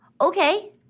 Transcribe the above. Okay